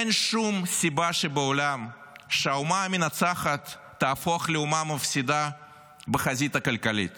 אין שום סיבה שבעולם שהאומה המנצחת תהפוך לאומה מפסידה בחזית הכלכלית